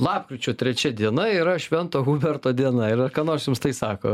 lapkričio trečia diena yra švento huberto diena ir ar ką nors jums tai sako